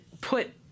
put